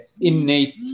innate